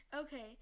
Okay